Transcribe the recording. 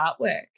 artwork